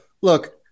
Look